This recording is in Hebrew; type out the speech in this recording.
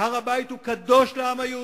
והר-הבית הוא קדוש לעם היהודי.